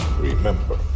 remember